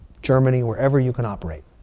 germany, wherever you can operate.